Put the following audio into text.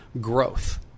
growth